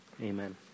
amen